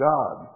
God